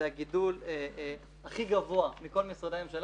זה הגידול הכי גבוה מכל משרדי הממשלה